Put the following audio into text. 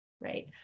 Right